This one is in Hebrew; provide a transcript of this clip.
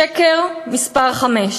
שקר מספר חמש: